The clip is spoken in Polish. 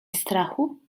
strachu